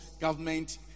government